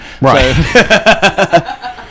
Right